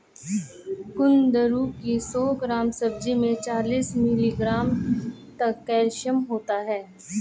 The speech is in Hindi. कुंदरू की सौ ग्राम सब्जी में चालीस मिलीग्राम तक कैल्शियम होता है